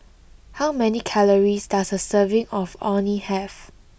how many calories does a serving of Orh Nee have